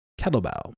kettlebell